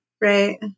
Right